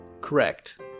correct